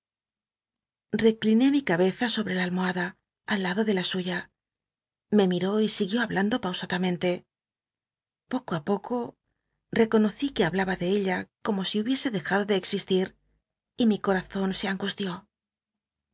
necliné mi cabeza sobre la almohada aliado de la suya me miró y siguió hablando pausadamente poco t poco reconocí que hablaba de ella como si hubiese dejado de existi r y mi corazon se angustió